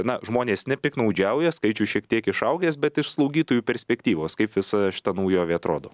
na žmonės nepiktnaudžiauja skaičius šiek tiek išaugęs bet iš slaugytojų perspektyvos kaip visa šita naujovė atrodo